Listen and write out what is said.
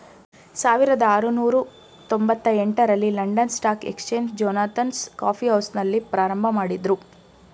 ಸಾವಿರದ ಆರುನೂರು ತೊಂಬತ್ತ ಎಂಟ ರಲ್ಲಿ London stock exchange Jonathan's coffee ಹೌಸ್ನಲ್ಲಿ ಪ್ರಾರಂಭಮಾಡಿದ್ರು